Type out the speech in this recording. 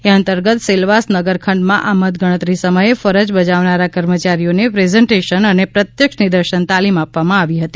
એ અંતર્ગત સેલવાસ નગરખંડ માં મતગણતરી સમયે ફરજ બજાવનારા કર્મચારીઓને પ્રેઝેન્ટસન અને પ્રત્યક્ષ નિદર્શન તાલીમ આપવામાં આવી હતી